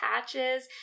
patches